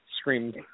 screamed